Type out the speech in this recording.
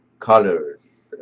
colors,